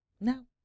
No